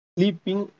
Sleeping